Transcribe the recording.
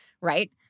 right